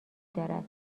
دارد